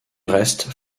reste